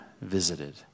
visited